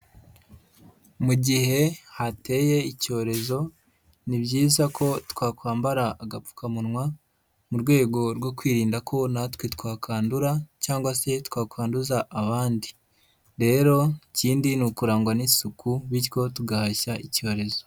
Mu gihe hateye icyorezo ni byiza ko twakwambara agapfukamunwa mu rwego rwo kwirinda ko natwe twakandura cyangwa se twakwanduza abandi rero ikindi ni ukurangwa n'isuku bityo tugahashya icyorezo.